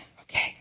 okay